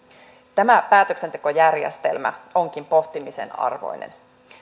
tämä päätöksentekojärjestelmä onkin pohtimisen arvoinen